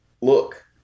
look